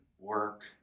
work